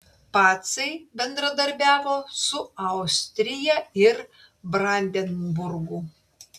pacai bendradarbiavo su austrija ir brandenburgu